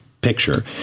picture